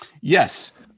Yes